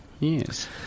Yes